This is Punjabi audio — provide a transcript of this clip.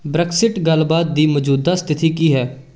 ਬ੍ਰਕਸਿਟ ਗੱਲਬਾਤ ਦੀ ਮੌਜੂਦਾ ਸਥਿਤੀ ਕੀ ਹੈ